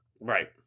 Right